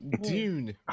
dune